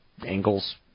angles